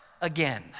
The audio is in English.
again